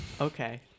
okay